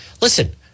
listen